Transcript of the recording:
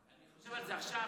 אני חושב על זה עכשיו,